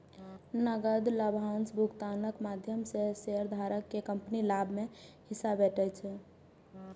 नकद लाभांश भुगतानक माध्यम सं शेयरधारक कें कंपनीक लाभ मे हिस्सा भेटै छै